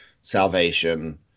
salvation